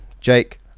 jake